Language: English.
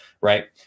right